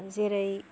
जेरै